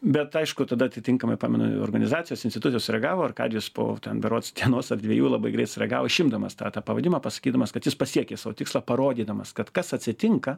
bet aišku tada atitinkamai pamenu organizacijos institucijos sureagavo arkadijus po ten berods dienos ar dviejų labai greit sureagavo išimdamas tą tą pavadinimą pasakydamas kad jis pasiekė savo tikslą parodydamas kad kas atsitinka